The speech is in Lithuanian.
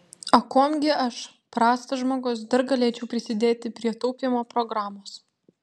o kuom gi aš prastas žmogus dar galėčiau prisidėti prie taupymo programos